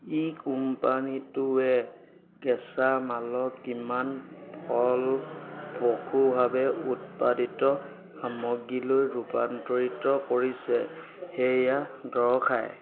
ই কোম্পানীটোৱে কেঁচামালক কিমান ফলপ্ৰসূভাৱে উৎপাদিত সামগ্ৰীলৈ ৰূপান্তৰিত কৰিছে সেয়া দৰ্শায়